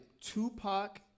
Tupac